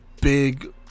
big